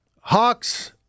Hawks